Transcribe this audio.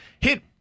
hit